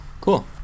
cool